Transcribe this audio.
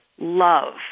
love